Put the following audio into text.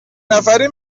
نفری